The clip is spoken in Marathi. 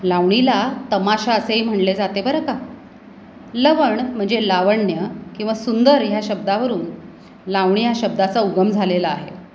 लावणीला तमाशा असेही म्हणले जाते बरं का लवण म्हणजे लावण्य किंवा सुंदर ह्या शब्दावरून लावणी ह्या शब्दाचा उगम झालेला आहे